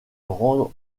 rendre